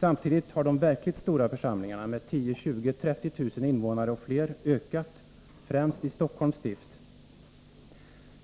Samtidigt har också de verkligt stora församlingarna med 10 000, 20 000 och 30 000 invånare ökat, främst i Stockholms stift.